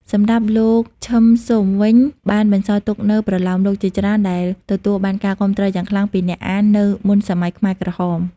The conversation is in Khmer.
សម្រាប់់លោក ឈឹម ស៊ុម វិញ បានបន្សល់ទុកនូវប្រលោមលោកជាច្រើនដែលទទួលបានការគាំទ្រយ៉ាងខ្លាំងពីអ្នកអាននៅមុនសម័យខ្មែរក្រហម។